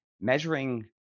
Measuring